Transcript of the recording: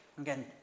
again